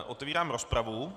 Otevírám rozpravu.